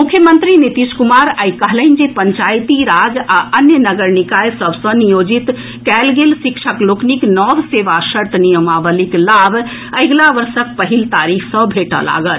मुख्यमंत्री नीतीश कुमार आइ कहलनि जे पंचायती राज आ अन्य नगर निकाय सभ सँ नियोजित कयल गेल शिक्षक लोकनिक नव सेवा शर्त नियमावलीक लाभ अगिला वर्षक पहिल तारीख सँ भेटऽ लागत